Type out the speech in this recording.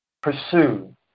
pursue